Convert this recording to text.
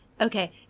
okay